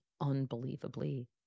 unbelievably